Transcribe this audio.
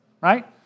right